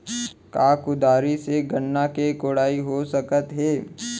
का कुदारी से गन्ना के कोड़ाई हो सकत हे?